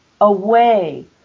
away